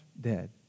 dead